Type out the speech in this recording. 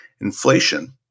inflation